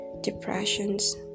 depressions